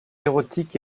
érotique